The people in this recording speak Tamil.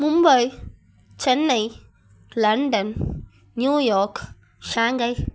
Mumbai Chennai London New York Shanghai